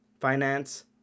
finance